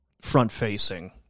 front-facing